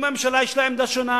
אם הממשלה יש לה עמדה שונה,